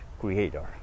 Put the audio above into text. creator